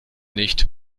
nicht